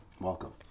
Welcome